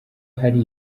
hari